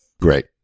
Great